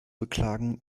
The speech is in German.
beklagen